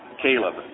Caleb